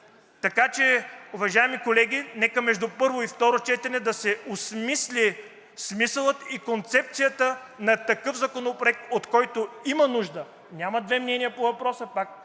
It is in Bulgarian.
съмнения. Уважаеми колеги, нека между първо и второ четене да се осмисли смисълът и концепцията на такъв законопроект, от който има нужда – няма две мнения по въпроса, за